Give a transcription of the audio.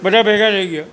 બધાં ભેગાં થઇ ગયાં